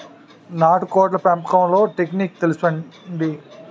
నాటుకోడ్ల పెంపకంలో టెక్నిక్స్ తెలుపండి?